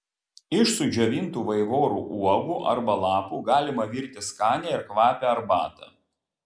iš sudžiovintų vaivorų uogų arba lapų galima virti skanią ir kvapią arbatą